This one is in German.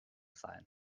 sein